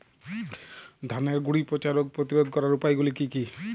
ধানের গুড়ি পচা রোগ প্রতিরোধ করার উপায়গুলি কি কি?